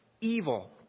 evil